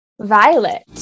Violet